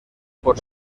por